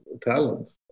talent